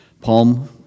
Palm